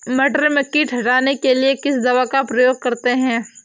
मटर में कीट हटाने के लिए किस दवा का प्रयोग करते हैं?